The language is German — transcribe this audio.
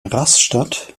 rastatt